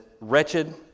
wretched